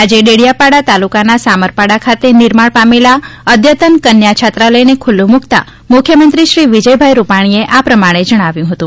આજે ડેડીયાપાડા તાલુકાના સામરપાડા ખાતે નિર્માણ પામેલા અદ્યતન કન્યા છાત્રાલયને ખુલ્લું મૂકતાં મુખ્યમંત્રીશ્રી વિજયભાઈ રૂપાણીએ જણાવ્યું હતું